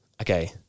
Okay